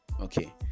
Okay